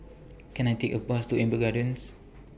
Can I Take A Bus to Amber Gardens